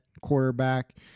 quarterback